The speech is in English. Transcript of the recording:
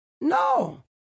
No